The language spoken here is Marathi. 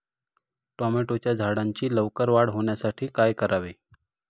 टोमॅटोच्या झाडांची लवकर वाढ होण्यासाठी काय करावे?